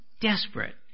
desperate